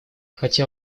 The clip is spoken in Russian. хотя